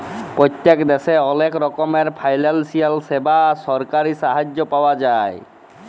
পত্তেক দ্যাশে অলেক রকমের ফিলালসিয়াল স্যাবা আর সরকারি সাহায্য পাওয়া যায়